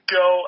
go